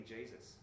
Jesus